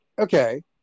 Okay